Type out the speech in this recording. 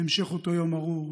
בהמשך אותו יום ארור,